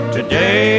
Today